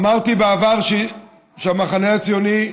אמרתי בעבר שהמחנה הציוני,